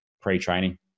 pre-training